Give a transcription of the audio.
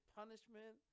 punishment